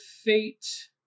Fate